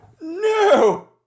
No